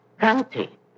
country